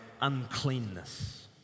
uncleanness